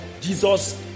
Jesus